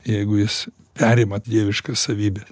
jeigu jis perima dieviškas savybes